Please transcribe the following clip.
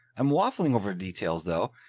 i'm waffling over details though,